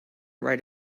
write